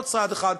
עוד צעד אחד,